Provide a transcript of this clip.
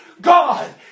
God